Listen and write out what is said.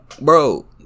Bro